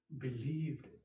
believed